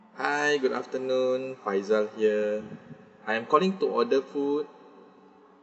hi good afternoon faizal here I'm calling to order food